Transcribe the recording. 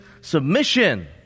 submission